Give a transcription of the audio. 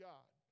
God